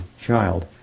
child